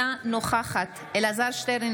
אינה נוכחת אלעזר שטרן,